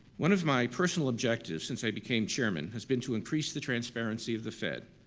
one of my personal objectives since i became chairman has been to increase the transparency of the fed,